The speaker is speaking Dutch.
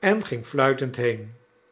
en ging fluitend heen